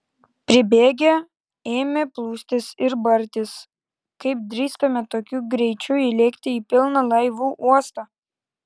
pribėgę ėmė plūstis ir bartis kaip drįstame tokiu greičiu įlėkti į pilną laivų uostą